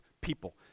people